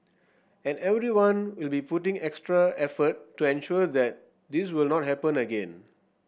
and everyone will be putting extra effort to ensure that this will not happen again